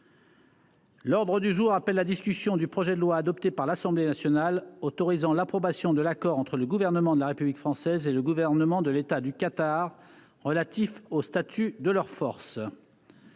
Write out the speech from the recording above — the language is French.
L'ordre du jour appelle la discussion du projet de loi adopté par l'Assemblée nationale, autorisant l'approbation de l'accord entre le gouvernement de la République française et le gouvernement de l'État du Qatar relatif au statut de leurs forces.